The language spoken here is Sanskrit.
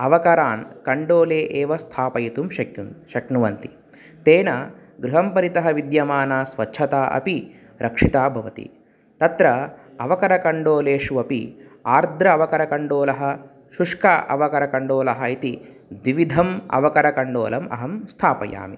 अवकरान् कण्डोले एव स्थापयितुं शक्यं शक्नुवन्ति तेन गृहं परितः विद्यमाना स्वच्छता अपि रक्षिता भवति तत्र अवकरकण्डोलेषु अपि आर्द्र अवकरकण्डोलः शुष्क अवकरकण्डोलः इति द्विविधम् अवकरकण्डोलम् अहं स्थापयामि